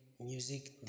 Music